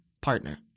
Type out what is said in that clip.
partner